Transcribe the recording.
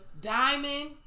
Diamond